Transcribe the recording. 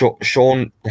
Sean